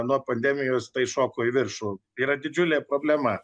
nuo pandemijos tai šoko į viršų tai yra didžiulė problema